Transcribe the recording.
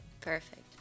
Perfect